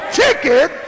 ticket